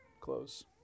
close